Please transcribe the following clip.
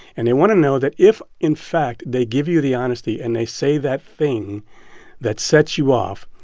and they want to know that if in fact they give you the honesty and they say that thing that sets you off,